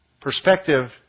Perspective